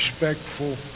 respectful